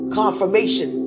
confirmation